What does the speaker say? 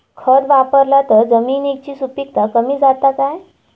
खत वापरला तर जमिनीची सुपीकता कमी जाता काय?